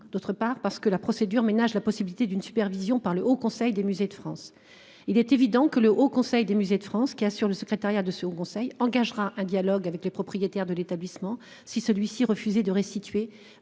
d'autre part parce que la procédure ménage la possibilité d'une supervision par le Haut Conseil des musées de France. Il est évident que le Haut Conseil des musées de France qui assure le secrétariat de ce Haut conseil engagera un dialogue avec les propriétaires de l'établissement si celui-ci refusait de restituer